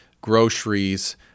groceries